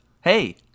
Hey